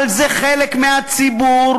אבל זה חלק מהציבור.